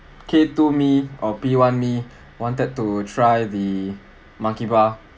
K two me or P one me wanted to try the monkey bar